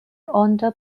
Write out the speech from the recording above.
honda